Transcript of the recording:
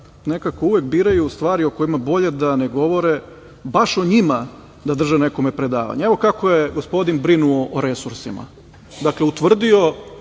nekako uvek biraju stvari o kojima bolje da ne govore, baš o njima da drže nekome predavanja. Evo kako je gospodin brinuo o resursima. Dakle, Prekršajni